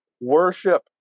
worship